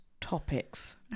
topics